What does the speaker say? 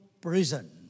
prison